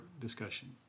discussion